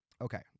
Okay